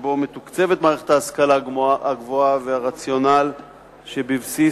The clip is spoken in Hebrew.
שבו מתוקצבת מערכת ההשכלה הגבוהה ולרציונל שבבסיס